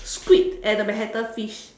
squid at the Manhattan fish